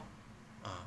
ah